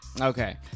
Okay